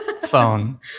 phone